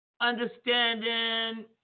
understanding